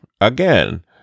again